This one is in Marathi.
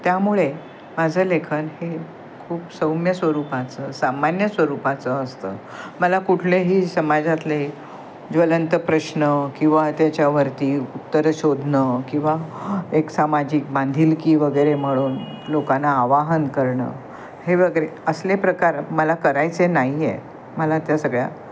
त्यामुळे माझं लेखन हे खूप सौम्य स्वरूपाचं सामान्य स्वरूपाचं असतं मला कुठलेही समाजातले ज्वलंत प्रश्न किंवा त्याच्यावरती उत्तरं शोधणं किंवा एक सामाजिक बांधिलकी वगैरे म्हणून लोकांना आवाहन करणं हे वगैरे असले प्रकार मला करायचे नाही आहे मला त्या सगळ्या